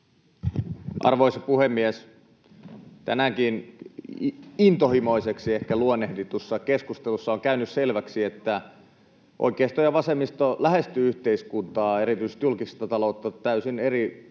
Arvoisa puhemies! Tänäänkin intohimoiseksi ehkä luonnehditussa keskustelussa on käynyt selväksi, että oikeisto ja vasemmisto lähestyvät yhteiskuntaa, erityisesti julkista taloutta, täysin eri